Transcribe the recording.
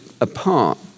apart